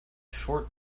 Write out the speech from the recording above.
short